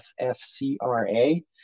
FFCRA